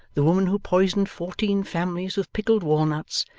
the woman who poisoned fourteen families with pickled walnuts,